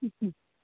ಹ್ಞೂ ಹ್ಞೂ